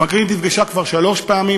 המנכ"לית נפגשה כבר שלוש פעמים,